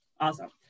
Awesome